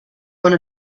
one